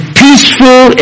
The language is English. peaceful